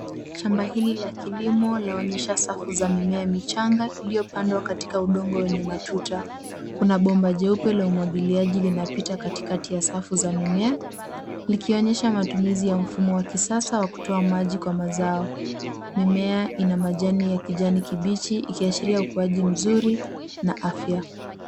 Shamba hili la kilimo laonyesha safu za mimea michanga iliyopandwa katika udongo wenye matuta. Kuna bomba jeupe la umwagiliaji linapita katikati ya safu za mimea, likionyesha matumizi ya mfumo wa kisasa wa kutoa maji kwa mazao. Mimea ina majani ya kijani kibichi, ikiashiria ukuaji mzuri na afya.